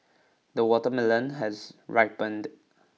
the watermelon has ripened